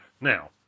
Now